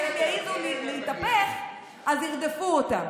שאם יעזו להתהפך אז ירדפו אותם.